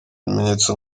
ibimenyetso